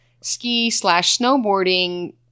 ski-slash-snowboarding